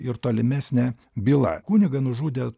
ir tolimesnė byla kunigą nužudė